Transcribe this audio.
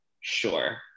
sure